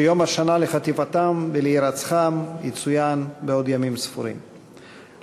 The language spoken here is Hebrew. שיום השנה לחטיפתם ולהירצחם יצוין בעוד ימים ספורים,